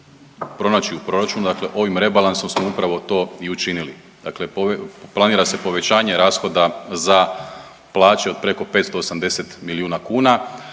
pronaći u proračunu. Dakle, ovim rebalansom smo upravo to i učinili. Dakle, planira se povećanje rashoda za plaće od preko 580 milijuna kuna,